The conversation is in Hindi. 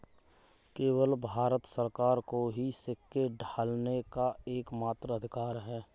केवल भारत सरकार को ही सिक्के ढालने का एकमात्र अधिकार है